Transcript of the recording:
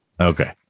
Okay